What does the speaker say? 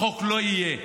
החוק לא יהיה.